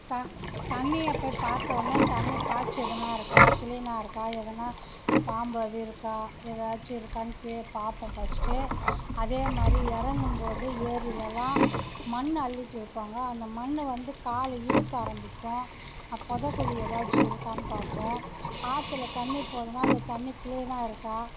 த தண்ணியை போய் பாத்தோடனே தண்ணி பாச்சை எதனா இருக்கா க்ளீனாக இருக்கா எதனா பாம்பு அது இருக்கா ஏதாச்சும் இருக்கானு கீழே பார்ப்போம் ஃபஸ்ட்டு அதேமாதிரி இறங்கும்போது ஏரியிலலாம் மண் அள்ளிட்டு இருப்பாங்க அந்த மண் வந்து காலை இழுக்க ஆரம்பிக்கும் பொதைக்குழி ஏதாச்சும் இருக்கானு பார்ப்போம் ஆற்றில் தண்ணி போகுதுனா அந்த தண்ணி க்ளீனாக இருக்கா